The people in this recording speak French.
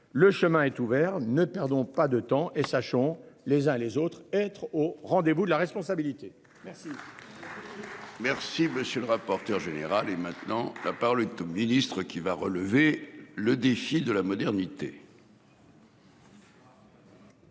le chemin est ouvert, ne perdons pas de temps, et sachons les uns et les autres être au rendez-vous de la responsabilité. Merci. Merci monsieur le rapporteur général et maintenant. Par le tout Ministre qui va relever le défi de la modernité.